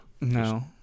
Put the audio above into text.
No